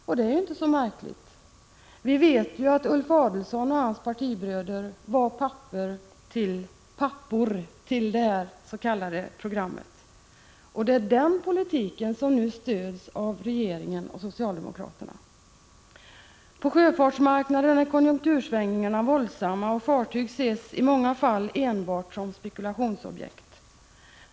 Detta är ju inte så märkligt, eftersom vi vet att det är Ulf Adelsohn och hans partibröder som är pappor till detta s.k. program. Det är denna politik som nu stöds av regeringen och socialdemokraterna. På sjöfartsmarknaden är konjunktursvängningarna våldsamma. Fartygen ses i många fall enbart som spekulationsobjekt.